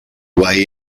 way